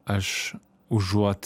aš užuot